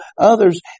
others